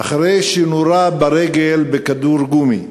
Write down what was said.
אחרי שנורה ברגל בכדור גומי.